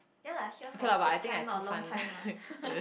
ya lah here a good time not a long time ah